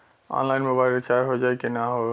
Online mobile recharge हो जाई की ना हो?